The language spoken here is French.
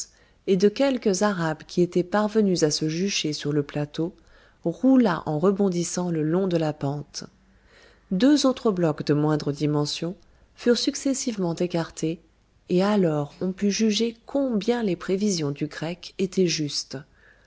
et de quelques arabes qui étaient parvenus à se jucher sur le plateau roula en rebondissant le long de la pente deux autres blocs de moindre dimension furent successivement écartés et alors on put juger combien les prévisions du grec étaient justes